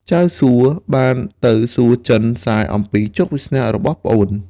ចៅសួបានទៅសួរចិនសែអំពីជោគវាសនារបស់ប្អូន។